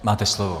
Máte slovo.